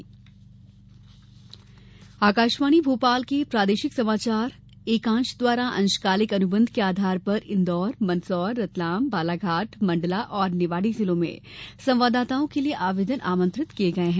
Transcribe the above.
अंशकालिक संवाददाता आकाशवाणी भोपाल के प्रादेशिक समाचार एकांश द्वारा अंशकालिक अनुबंध के आधार पर इन्दौर मंदसौर रतलाम बालाघाट मंडला और निवाड़ी जिलों में संवाददाताओं के लिये आवेदन आमंत्रित किये गये हैं